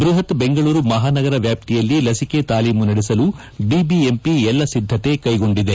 ಬೃಹತ್ ದೆಂಗಳೂರು ಮಹಾನಗರದ ವ್ಯಾಪ್ತಿಯಲ್ಲಿ ಲಚಿಕೆ ತಾಲೀಮು ನಡೆಸಲು ಬಿಬಿಎಂಪಿ ಎಲ್ಲಾ ರೀತಿಯ ಸಿದ್ದತೆ ಕೈಗೊಂಡಿದೆ